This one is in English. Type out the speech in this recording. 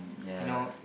ya